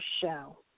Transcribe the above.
show